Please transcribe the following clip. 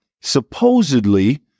supposedly